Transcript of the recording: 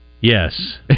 Yes